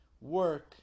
work